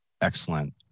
Excellent